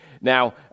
Now